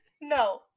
No